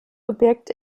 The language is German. objekt